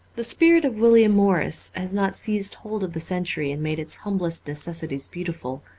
the spirit of william morris has not seized hold of the century and made its humblest necessities beautiful.